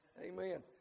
Amen